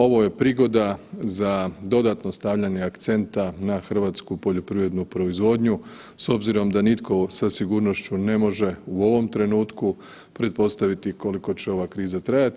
Ovo je prigoda za dodatno stavljanje akcenta na hrvatsku poljoprivrednu proizvodnju s obzirom da nitko sa sigurnošću ne može u ovom trenutku pretpostaviti koliko će ova kriza trajati.